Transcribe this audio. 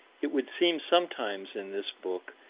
it would seem sometimes, in this book,